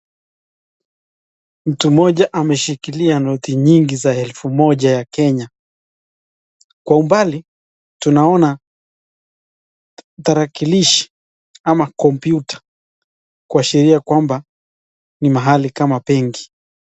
Mtu mmoja ameshikilia noti nyingi za elfu moja ya Kenya. Kwa umbali tunaona tarakilishi ama kompyuta kuashiria kwamba ni mahali kama benki.